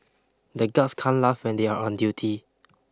the guards can't laugh when they are on duty